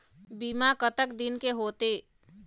बीमा कतक दिन के होते?